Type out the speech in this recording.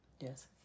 Yes